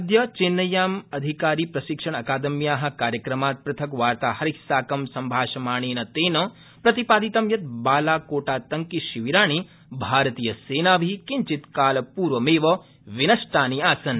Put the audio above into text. अद्य चेन्नय्याम् अधिकारिप्रशिक्षण अकादम्या कार्यक्रमात् पृथक् वार्ताहरैस्साक संभाषमाणेन तेन प्रतिपादितं यत् बालाकोटातंकि शिविराणि भारतीयसेनाभि कञिच्द कालपुर्वमेव विनष्टानि आसन्